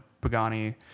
Pagani